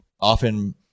often